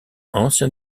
ancien